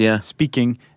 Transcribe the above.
speaking